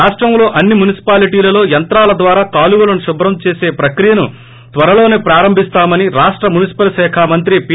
ప్రాప్లంలో అన్ని మునిసిపాలిటిలలో యంత్రాల ద్వారా కాలువలను శుభ్రం చేస ప్రక్రియను త్వరలోనే ప్రారంభిస్తామని రాష్ట మునిసిపల్ శాఖ మంత్రి పీ